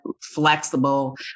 flexible